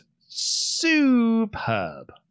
superb